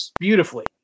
beautifully